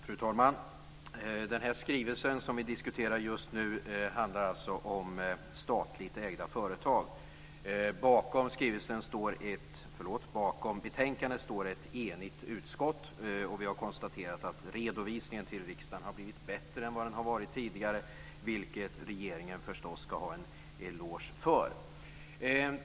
Fru talman! Den skrivelse vi diskuterar just nu handlar om statligt ägda företag. Bakom betänkandet står ett enigt utskott. Vi har konstaterat att redovisningen till riksdagen har blivit bättre än vad den har varit tidigare, vilket regeringen förstås ska ha en eloge för.